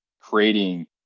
creating